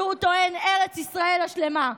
ארץ ישראל השלמה.